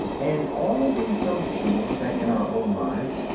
and are we so sure that, in our own lives,